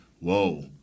whoa